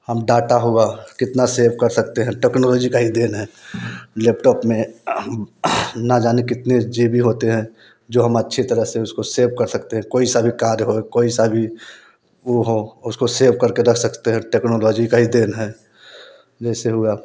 हम डाटा हुआ कितना सेव कर सकते हैं टेक्नौलौजी का ही देन है लेपटौप में हम ना जाने कितने जी बी होते हैं जो हम अच्छे तरह से उसको सेव कर सकते हैं कोई सा भी कार्य हो कोई सा भी वो हो उसको सेव करके रख सकते हैं टेक्नौलौजी का ही देन है जैसे हुआ